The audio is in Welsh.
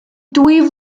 dwy